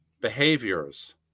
behaviors